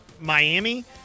Miami